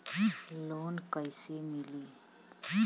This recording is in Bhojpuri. लोन कईसे मिली?